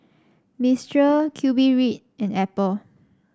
Mistral QBread and Apple